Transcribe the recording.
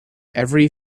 every